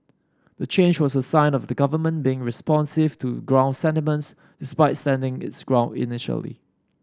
the change was a sign of the government being responsive to ground sentiments despite sending its ground initially